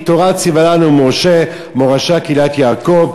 כי "תורה צוה לנו משה מורשה קהלת יעקב",